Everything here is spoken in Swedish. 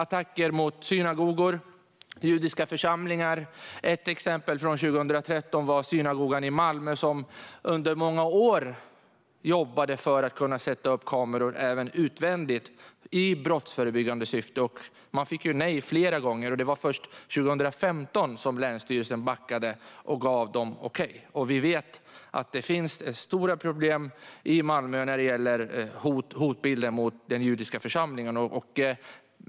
Det gäller attacker mot synagogor och judiska församlingar. Ett exempel från 2013 var synagogan i Malmö som under många år jobbade för att få sätta upp kameror även utvändigt i brottsförebyggande syfte, men man fick nej flera gånger. Det var först 2015 som länsstyrelsen backade och gav tillstånd. Vi vet att det finns stora problem i Malmö med hotbilden mot den judiska församlingen.